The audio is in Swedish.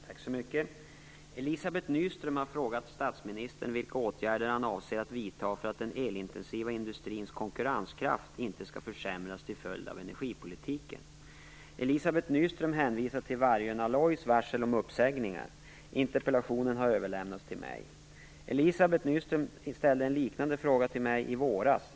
Herr talman! Elizabeth Nyström har frågat statsministern vilka åtgärder han avser att vidta för att den elintensiva industrins konkurrenskraft inte skall försämras till följd av energipolitiken. Elizabeth Nyström hänvisar till Vargön Alloys varsel om uppsägningar. Interpellationen har överlämnats till mig. Elizabeth Nyström ställde en liknande fråga till mig i våras.